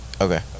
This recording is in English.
Okay